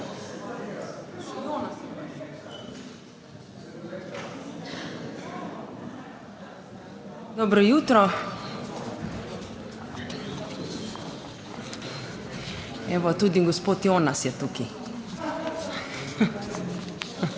Dobro jutro! Evo, tudi gospod Jonas je tukaj